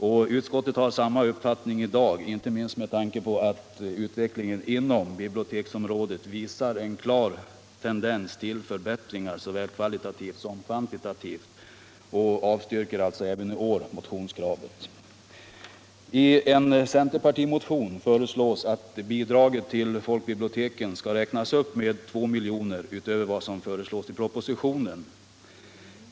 Samma uppfattning har utskottet i dag, inte minst med tanke på att utvecklingen inom biblioteksområdet visar en klar tendens till förbättringar såväl kvalitativt som kvantitativt, och avstyrker alltså även I en centerpartimotion föreslås att bidraget till folkbiblioteken skall räknas upp med 2 milj.kr. utöver vad som föreslås i propositionen.